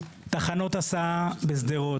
תחנות הסעה בשדרות,